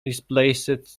displaced